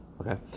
Okay